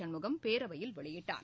சண்முகம் பேரவையில் வெளியிட்டார்